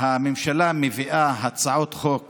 הממשלה מביאה הצעות חוק